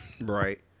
Right